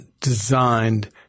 designed